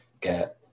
get